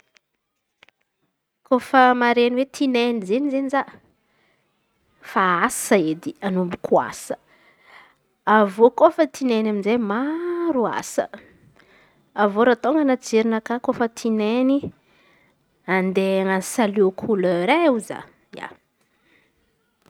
Kôfa maren̈y hoe tinainy izen̈y zao fa asa edy hanomboko asa avy eo koa no fa tinainy amizay maro asa. Avy eo koa raha atao anaty jerinakà rehefa tinainy andea hanasa loha kolera e ho zaho ia.